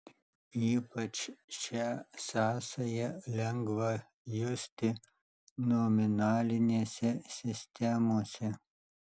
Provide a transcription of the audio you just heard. ypač šią sąsają lengva justi nominalinėse sistemose